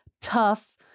tough